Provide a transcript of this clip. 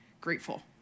grateful